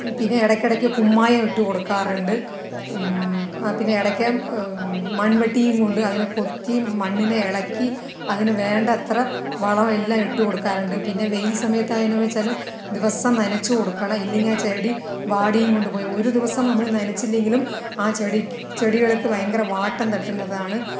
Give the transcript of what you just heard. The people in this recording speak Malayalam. പിന്നെ ഇടയ്ക്കിടയ്ക്ക് കുമ്മായം ഇട്ട് കൊടുക്കാറുണ്ട് ആ പിന്നെ ഇടയ്ക്ക് മൺവെട്ടിയും കൊണ്ട് അതിനെ കൊത്തി മണ്ണിനെ ഇളക്കി അതിന് വേണ്ടത്ര വളം എല്ലാം ഇട്ടു കൊടുക്കാറുണ്ട് പിന്നെ വെയിൽ സമയത്താണ് എന്ന് വെച്ചാലും ദിവസം നനച്ചു കൊടുക്കണം ഇല്ലെങ്കിൽ ആ ചെടി വാടിയും കൊണ്ടുപോയി ഒരു ദിവസം നമ്മൾ നനച്ചില്ലെങ്കിലും ആ ചെടി ചെടികൾക്ക് ഭയങ്കര വാട്ടം തട്ടുന്നതാണ്